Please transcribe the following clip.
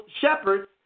shepherds